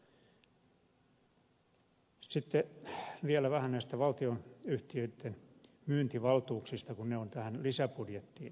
sitten vielä vähän valtionyhtiöitten myyntivaltuuksista kun ne on tähän lisäbudjettiin kytketty